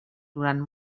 durant